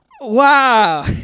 wow